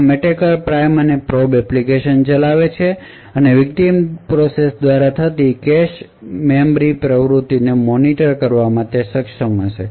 આમ attacker prime અને probe application ચલાવે છે અને વિકટીમ પ્રોસેસ દ્વારા થતી કેશ અને મેમરી પ્રવૃત્તિને મોનિટર કરવામાં સક્ષમ છે